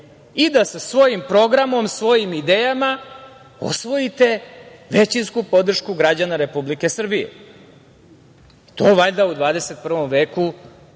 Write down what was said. i da svojim programom, svojim idejama, osvojite većinsku podršku građana Republike Srbije. To je valjda u 21. veku